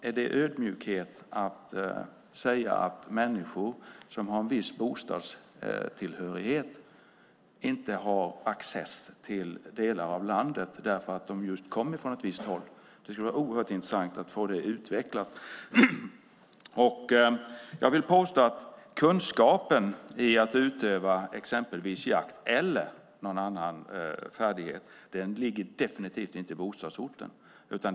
Är det ödmjukhet att säga att människor som har en viss bostadsort inte ska ha access till delar av landet därför att de just kommer från ett visst håll? Det skulle vara oerhört intressant att få det utvecklat. Jag vill påstå att kunskapen i att utöva exempelvis jakt eller annan färdighet definitivt inte ligger i bostadsorten.